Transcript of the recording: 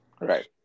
Right